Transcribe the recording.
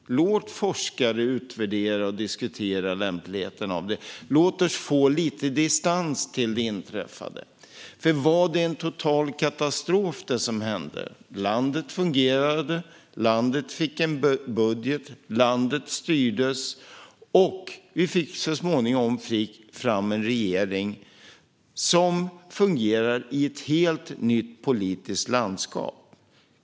Låt forskare utvärdera och diskutera lämpligheten av det. Låt oss få lite distans till det inträffade. Var det som hände en total katastrof? Landet fungerade, landet fick en budget, landet styrdes och vi fick så småningom fram en regering som fungerar i ett helt nytt politiskt landskap.